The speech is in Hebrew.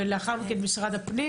ולאחר מכן משרד הפנים.